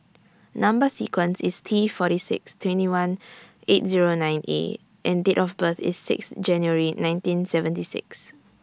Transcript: Number sequence IS T forty six twenty one eight Zero nine A and Date of birth IS six January nineteen seventy six